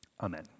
Amen